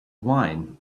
wine